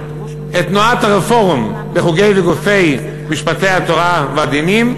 את תנועת ה-Reform בחוגי וגופי משפטי התורה והדינים,